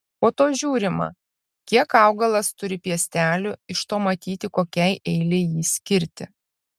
po to žiūrima kiek augalas turi piestelių iš to matyti kokiai eilei jį skirti